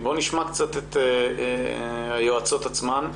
נשמע את היועצות עצמן.